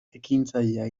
ekintzailea